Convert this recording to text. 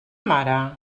mare